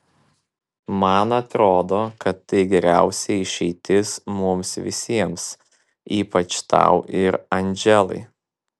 man atrodo kad tai geriausia išeitis mums visiems ypač tau ir andželai